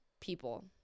people